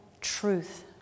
truth